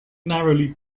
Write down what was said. narrowly